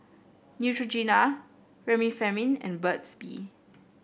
Neutrogena Remifemin and Burt's Bee